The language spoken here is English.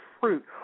fruit